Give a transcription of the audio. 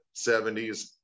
70s